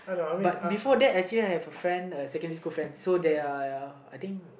but before that actually I have a friend uh secondary school friend so they're I think